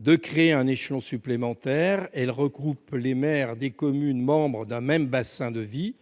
de créer un échelon supplémentaire -et regroupent les maires des communes d'un même bassin de vie.